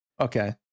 Okay